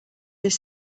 this